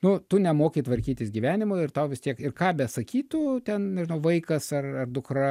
nu tu nemoki tvarkytis gyvenimo ir tau vis tiek ir ką besakytų ten nežinau vaikas ar ar dukra